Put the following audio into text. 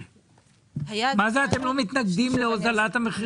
מה זה, אתם לא מתנגדים להוזלת המחירים?